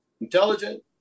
intelligent